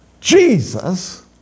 Jesus